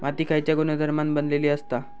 माती खयच्या गुणधर्मान बनलेली असता?